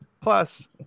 Plus